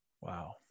Wow